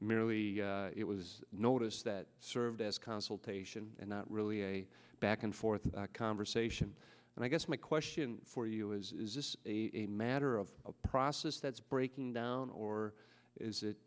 merely it was notice that served as consultation and not really a back and forth conversation and i guess my question for you is is this a matter of a process that's breaking down or is it